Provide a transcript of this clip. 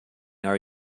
are